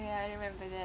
ya I remember that